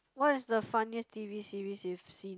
what is the funniest t_v series you've seen